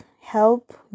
help